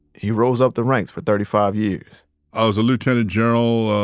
he rose up the ranks for thirty five years i was a lieutenant general,